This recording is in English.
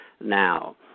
now